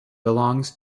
belongs